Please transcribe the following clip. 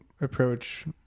approach